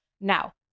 Now